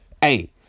hey